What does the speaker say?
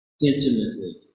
intimately